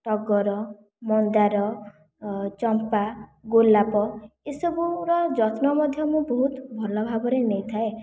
ଟଗର ମନ୍ଦାର ଚମ୍ପା ଗୋଲାପ ଏସବୁର ଯତ୍ନ ମଧ୍ୟ ମୁଁ ବହୁତ ଭଲଭାବରେ ନେଇଥାଏ